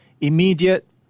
immediate